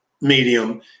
medium